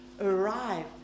arrive